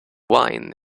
wine